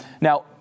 Now